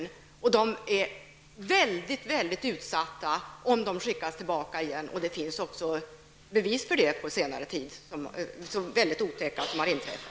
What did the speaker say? Dessa människor blir väldigt utsatta, om de skickas tillbaka till sina hemländer. Det finns också bevis, som härrör sig från senare tid, för de otäckheter som har inträffat.